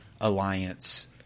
alliance